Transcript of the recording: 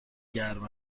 گرم